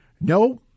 No